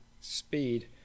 Speed